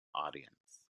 audience